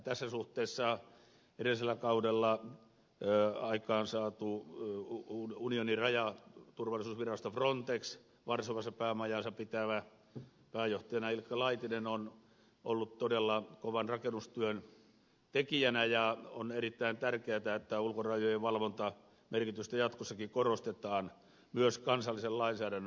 tässä suhteessa edellisellä kaudella aikaansaatu uu uukuniemi rajala turul virosta frantex varsovassa päämajaansa pitävä unionin rajaturvallisuusvirasto frontex pääjohtajana ilkka laitinen on ollut todella kovan rakennustyön tekijänä ja on erittäin tärkeätä että ulkorajojen valvonnan merkitystä jatkossakin korostetaan myös kansallisen lainsäädännön osalta